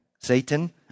satan